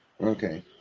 okay